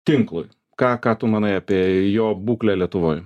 tinklui ką ką tu manai apie jo būklę lietuvoj